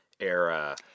era